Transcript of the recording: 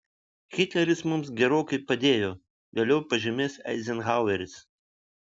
hitleris mums gerokai padėjo vėliau pažymės eizenhaueris